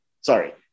Sorry